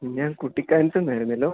ഞാൻ കുട്ടിക്കാനത്ത് നിന്നായിരുന്നുവല്ലോ